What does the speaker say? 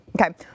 Okay